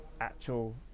actual